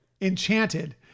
Enchanted